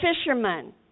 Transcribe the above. fishermen